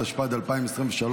התשפ"ד 2023,